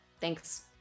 thanks